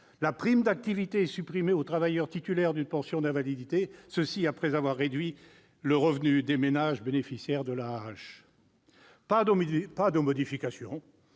La prime d'activité est supprimée aux travailleurs titulaires d'une pension d'invalidité, après la réduction du revenu des ménages bénéficiaires de l'allocation